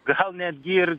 gal netgi ir